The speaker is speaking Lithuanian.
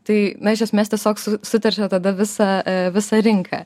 tai na iš esmės tiesiog suteršia tada visą visą rinką